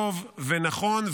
טוב ונכון,